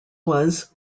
was